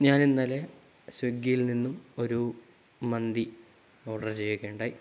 ഞാൻ ഇന്നലെ സ്വിഗ്ഗിയിൽ നിന്നും ഒരു മന്തി ഓർഡർ ചെയ്യുകയുണ്ടായി